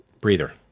breather